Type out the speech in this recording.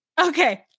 okay